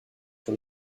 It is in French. sur